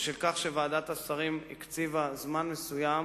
משום שוועדת השרים הקציבה זמן מסוים